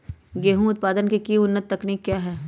गेंहू उत्पादन की उन्नत तकनीक क्या है?